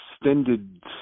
extended